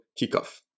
kickoff